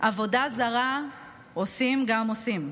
עבודה זרה עושים גם עושים.